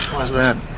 why's that?